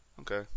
Okay